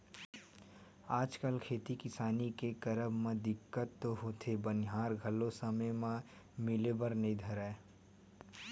आजकल खेती किसानी के करब म दिक्कत तो होथे बनिहार घलो समे म मिले बर नइ धरय